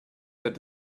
that